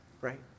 right